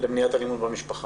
למניעת אלימות במשפחה.